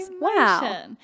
wow